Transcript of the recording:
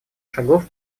шагов